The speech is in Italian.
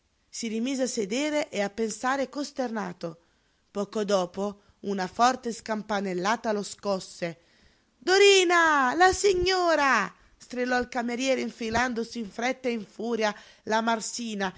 rimise a sedere e a pensare costernato poco dopo una forte scampanellata lo scosse dorina la signora strillò il cameriere infilandosi in fretta e in furia la marsina